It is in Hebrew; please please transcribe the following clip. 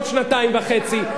עוד שנתיים וחצי,